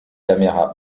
caméras